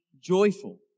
joyful